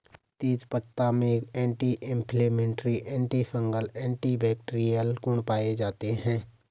तेजपत्ता में anti inflammatory, antifungal, antibacterial गुण पाये जाते है